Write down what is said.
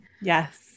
Yes